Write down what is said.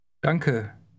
Danke